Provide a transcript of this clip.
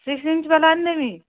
six inch ବାଲା ନେମି